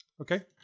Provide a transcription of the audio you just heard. Okay